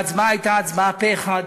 הייתה פה-אחד.